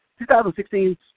2016